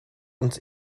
uns